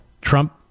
Trump